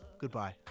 Goodbye